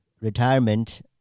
retirement